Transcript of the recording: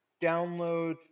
download